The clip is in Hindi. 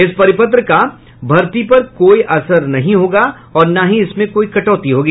इस परिपत्र का भर्ती पर कोई असर नहीं होगा और न ही इसमें कोई कटौती होगी